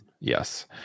Yes